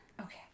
Okay